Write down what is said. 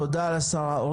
תודה לשרה.